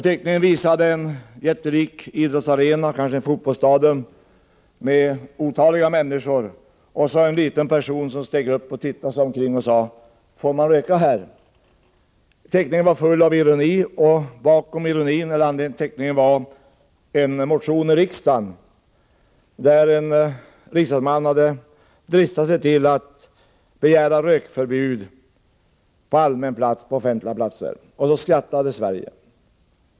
Teckningen visar en jättelik idrottsarena, kanske ett fotbollsstadion, med otaliga människor och så en liten person som stiger fram, tittar sig omkring och säger: ”Får man röka här?” Teckningen var full av ironi, och anledningen till teckningen var en motion i riksdagen, där en riksdagsman hade dristat sig till att begära rökförbud på offentliga platser. Då skrattade Sverige.